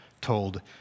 told